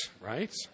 right